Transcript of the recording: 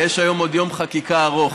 ויש היום עוד יום חקיקה ארוך.